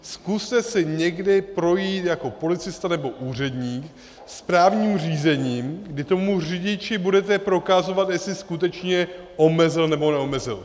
Zkuste si někdy projít jako policista nebo úředník správním řízením, kdy tomu řidiči budete prokazovat, jestli skutečně omezil, nebo neomezil.